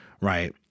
right